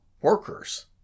workers